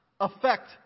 affect